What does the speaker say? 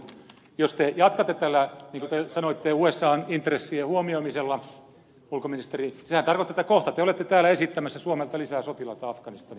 jos te jatkatte tällä niin kuin te sanoitte usan intressien huomioimisella ulkoministeri sehän tarkoittaa että kohta te olette täällä esittämässä suomelta lisää sotilaita afganistaniin